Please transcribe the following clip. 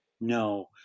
No